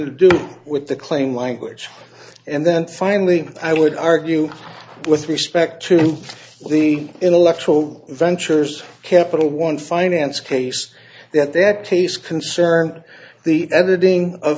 to do with the claim language and then finally i would argue with respect to the intellectual ventures capital one finance case that that case concerned the editing